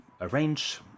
arrange